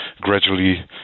gradually